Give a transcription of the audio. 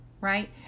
Right